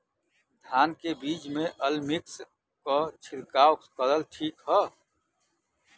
धान के बिज में अलमिक्स क छिड़काव करल ठीक ह?